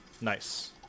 Nice